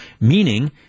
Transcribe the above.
meaning